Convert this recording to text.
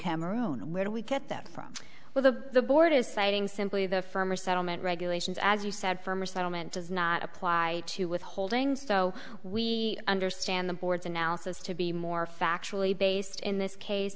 cameroon where do we get that from where the board is citing simply the firmer settlement regulations as you said firmer settlement does not apply to withholding so we understand the board's analysis to be more factually based in this case